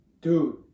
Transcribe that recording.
Dude